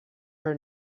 her